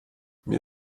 mir